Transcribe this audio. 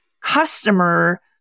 customer